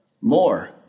More